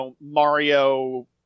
Mario